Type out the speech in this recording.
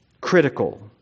critical